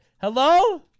Hello